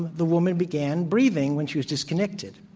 the woman began breathing when she was disconnected.